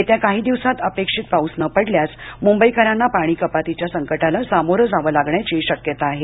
येत्या काही दिवसांत अपेक्षित पाऊस न पडल्यास मुंबईकरांना पाणी कपातीच्या संकटाला सामोरे जावे लागण्याची शक्यता आहे